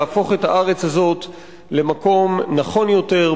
להפוך את הארץ הזאת למקום נכון יותר,